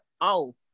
off